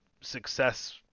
success